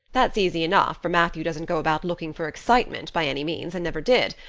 that's easy enough, for matthew doesn't go about looking for excitement by any means and never did,